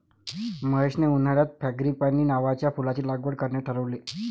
महेशने उन्हाळ्यात फ्रँगीपानी नावाच्या फुलाची लागवड करण्याचे ठरवले